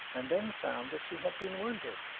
and then found that she had been wounded,